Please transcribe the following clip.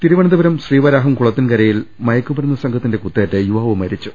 തിരുവനന്തപുരം ശ്രീവരാഹം കുളത്തിൻ കരയിൽ മയ ക്കുമരുന്ന് സംഘത്തിന്റെ കുത്തേറ്റ് യുവാവ് മരിച്ചു